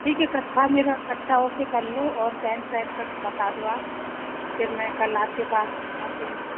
ठीक है कत्था मेरा कत्था ओके कर लो और पैंट सर्ट का बता दो आप फिर मैं कल आपके पास आती हूँ